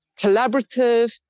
collaborative